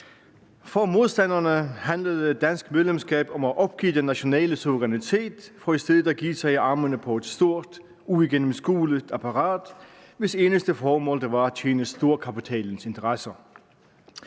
For modstanderne handlede dansk medlemskab om at opgive den nationale suverænitet for i stedet at kaste sig i armene på et stort, uigennemskueligt apparat, hvis eneste formål det var at tjene storkapitalens interesser.